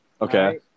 okay